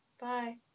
Bye